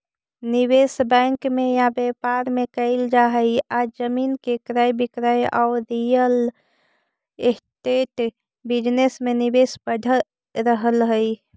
निवेश बैंक में या व्यापार में कईल जा हई आज जमीन के क्रय विक्रय औउर रियल एस्टेट बिजनेस में निवेश बढ़ रहल हई